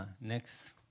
Next